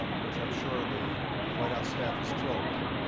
um which i'm sure the white house staff is thrilled about.